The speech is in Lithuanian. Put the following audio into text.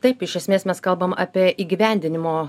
taip iš esmės mes kalbam apie įgyvendinimo